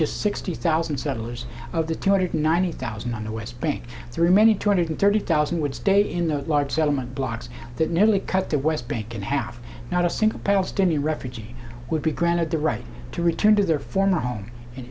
just sixty thousand settlers of the two hundred ninety thousand on the west bank three many two hundred thirty thousand would stay in the large settlement blocks that nearly cut the west bank in half not a single palestinian refugee would be granted the right to return to their former home in